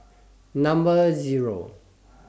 Number Zero